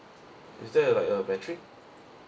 is there a like a battery